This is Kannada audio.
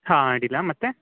ಹಾಂ ಅಡ್ಡಿಯಿಲ್ಲ ಮತ್ತು